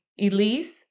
Elise